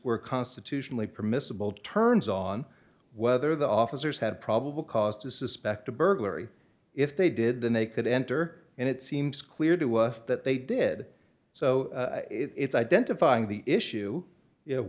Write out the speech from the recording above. were constitutionally permissible turns on whether the officers had probable cause to suspect a burglary if they did then they could enter and it seems clear to us that they did so it's identifying the issue of